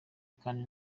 kandi